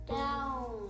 down